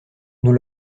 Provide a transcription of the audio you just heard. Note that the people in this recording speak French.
nous